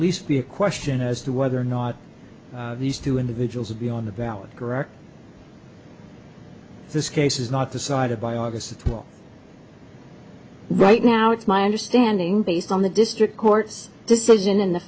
least the question as to whether or not these two individuals would be on the ballot correct this case is not decided by august at all right now it's my understanding based on the district court's decision in the